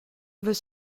veut